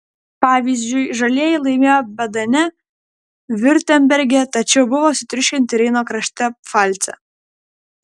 pavyzdžiui žalieji laimėjo badene viurtemberge tačiau buvo sutriuškinti reino krašte pfalce